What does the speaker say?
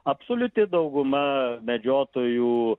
absoliuti dauguma medžiotojų